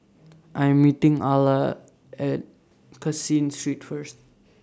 I Am meeting Alla At Caseen Street First